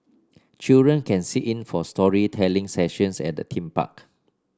children can sit in for storytelling sessions at the theme park